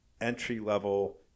entry-level